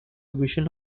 vision